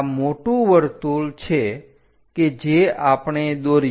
આ મોટું વર્તુળ છે કે જે આપણે દોર્યું